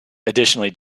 additionally